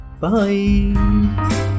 bye